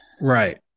Right